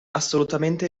assolutamente